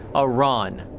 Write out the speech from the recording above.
ah iran.